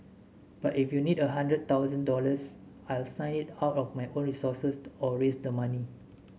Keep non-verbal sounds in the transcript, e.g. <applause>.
but if you need a hundred thousand dollars I'll sign it out of my own resources <unintelligible> or raise the money